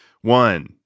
one